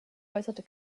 äußerte